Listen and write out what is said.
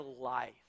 life